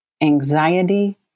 anxiety